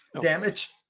damage